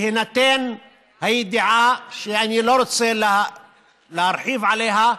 בהינתן הידיעה, שאני לא רוצה להרחיב עליה,